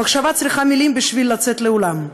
המחשבה צריכה מילים בשביל לצאת לעולם,